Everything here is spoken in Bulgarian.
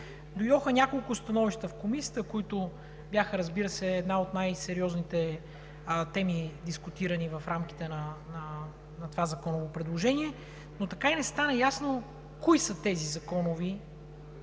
Дойдоха няколко становища в Комисията, които бяха, разбира се, една от най-сериозните теми, дискутирани в рамките на това законово предложение, но така и не стана ясно кои са тези законови